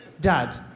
Dad